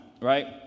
right